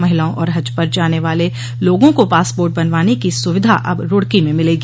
महिलाओं और हज पर जाने वाले लोगों को पासपोर्ट बनवाने की सुविधा अब रुड़की में मिलेगी